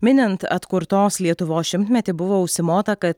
minint atkurtos lietuvos šimtmetį buvo užsimota kad